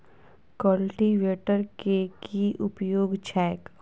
Cultivator केँ की उपयोग छैक?